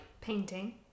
Painting